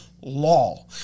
law